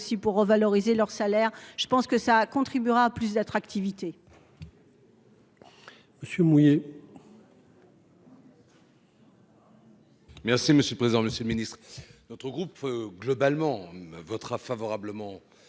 pour revaloriser leur salaire. Je pense que ça contribuera plus d'attractivité.